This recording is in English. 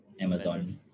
Amazon